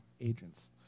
agents